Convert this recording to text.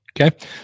Okay